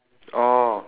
orh